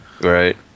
Right